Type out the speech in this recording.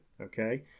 Okay